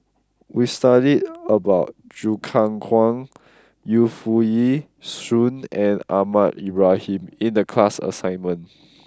we studied about Choo Keng Kwang Yu Foo Yee Shoon and Ahmad Ibrahim in the class assignment